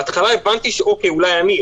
בהתחלה הבנתי שאולי זה אני,